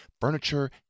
furniture